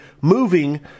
moving